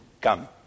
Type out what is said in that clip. come